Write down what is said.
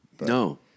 No